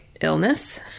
illness